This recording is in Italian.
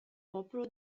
popolo